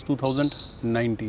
2019